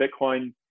Bitcoin